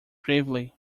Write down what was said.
gravely